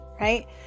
right